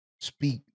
speak